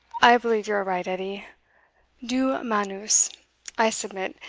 i believe you are right, edie do manus i submit.